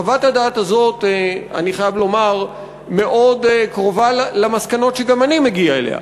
אני חייב לומר שחוות הדעת הזאת מאוד קרובה למסקנות שגם אני מגיע אליהן,